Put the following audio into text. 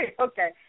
Okay